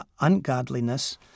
ungodliness